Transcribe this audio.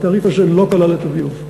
התעריף הזה לא כלל את הביוב.